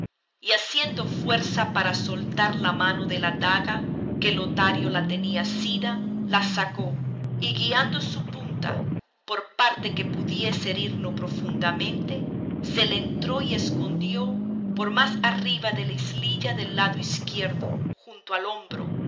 y haciendo fuerza para soltar la mano de la daga que lotario la tenía asida la sacó y guiando su punta por parte que pudiese herir no profundamente se la entró y escondió por más arriba de la islilla del lado izquierdo junto al hombro